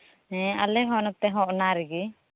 ᱦᱮᱸ ᱟᱞᱮᱦᱚᱸ ᱱᱚᱛᱮᱦᱚᱸ ᱚᱱᱟ ᱨᱮᱜᱮ